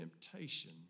temptation